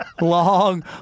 long